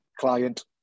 client